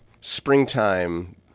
springtime